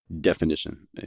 definition